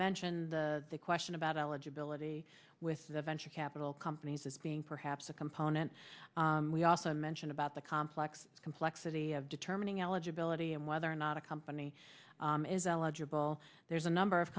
mentioned the question about eligibility with the venture capital companies as being perhaps a component we also mentioned about the complex complexity of determining eligibility and whether or not a company is eligible there's a number of